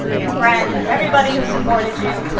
your friends, everybody who supported you.